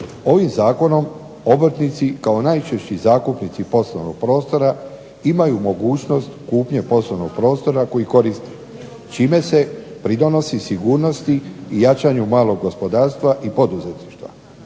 ovim Zakonom obrtnici kao najčešći zakupnici poslovnog prostora imaju mogućnost kupnje poslovnog prostora koji koriste čime se pridonosi sigurnosti i jačanju malog gospodarstva i poduzetništva.